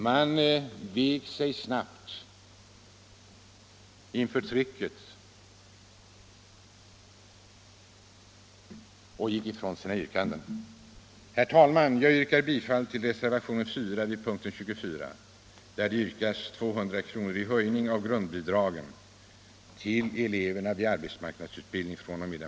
Och man gav snabbt med sig inför trycket och gick ifrån sina yrkanden. Herr talman! Jag yrkar bifall till reservationen 4 vid punkten 24 där det föreslås 200 kr. i höjning av grundbidragen fr.o.m. den 1 juli till eleverna vid arbetsmarknadsutbildningen.